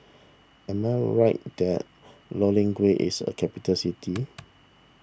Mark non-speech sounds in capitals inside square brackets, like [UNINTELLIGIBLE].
am I right that [UNINTELLIGIBLE] is a capital city